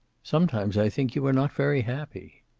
sometimes i think you are not very happy.